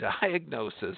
diagnosis